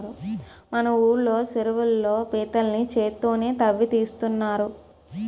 మన ఊళ్ళో చెరువుల్లో పీతల్ని చేత్తోనే తవ్వి తీస్తున్నారు